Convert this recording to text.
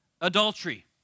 adultery